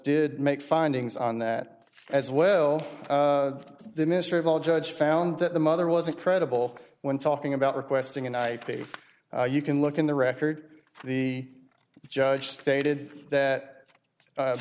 did make findings on that as well the minister of all judge found that the mother wasn't credible when talking about requesting an ip you can look in the record the judge stated that